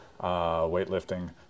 weightlifting